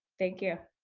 thank you.